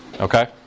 Okay